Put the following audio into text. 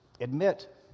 Admit